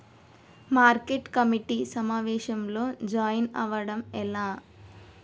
Market committee సమావేశంలో join అవ్వడం ఎలా?